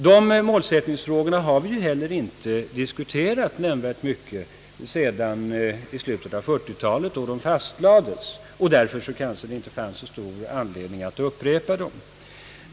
Vi har inte diskuterat dessa målsättningar i nämnvärd utsträckning sedan slutet av 1940-talet, när de fastlades, varför det kanske inte fanns så stor anledning att upprepa dem.